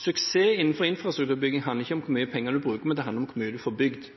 Suksess innenfor infrastrukturbygging handler ikke om hvor mye penger man bruker, men om hvor mye man får bygd.